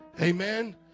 Amen